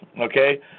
okay